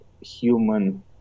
human